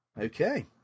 Okay